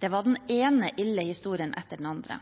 det var den ene ille